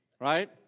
right